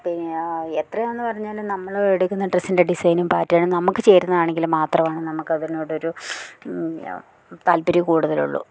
പിന്നെ എത്രയാന്ന് പറഞ്ഞാലും നമ്മള് എടുക്കുന്ന ഡ്രസ്സിൻ്റെ ഡിസൈനും പാറ്റേണും നമുക്ക് ചേരുന്നതാണെങ്കില് മാത്രവാണ് നമുക്ക്തിനോടൊരു താല്പര്യം കൂടുതലുള്ളു